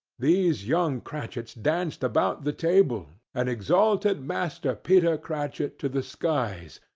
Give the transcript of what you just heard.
these young cratchits danced about the table, and exalted master peter cratchit to the skies,